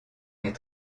est